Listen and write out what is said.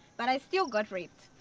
but i still got raped.